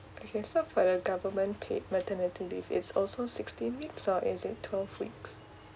okay so for the government paid maternity leave it's also sixteen weeks or is it twelve weeks